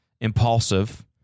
Impulsive